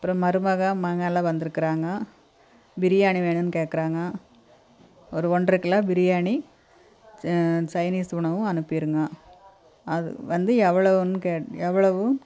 அப்புறம் மருமகள் மகன்லாம் வந்துருக்கிறாங்க பிரியாணி வேணும்னு கேக்கிறாங்க ஒரு ஒன்ரை கிலோ பிரியாணி சைனீஸ் உணவும் அனுப்பிடுங்க அது வந்து எவ்வளோனு எவ்வளவு